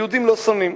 היהודים לא שונאים.